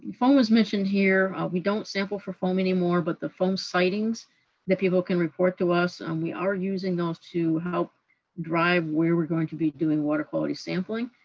foam was mentioned here. we don't sample for foam anymore, but the foam sightings that people can to us, and we are using those to help drive where we're going to be doing water quality sampling,